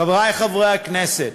חברי חברי הכנסת,